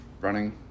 running